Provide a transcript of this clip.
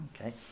Okay